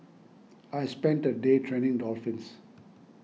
I spent a day training dolphins